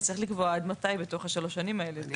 אז צריך לקבוע עד מתי בתוך שלוש השנים האלה זה יהיה.